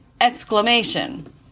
Exclamation